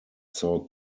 saw